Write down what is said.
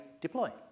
deploy